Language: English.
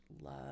love